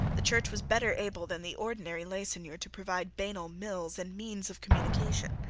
the church was better able than the ordinary lay seigneur to provide banal mills and means of communication.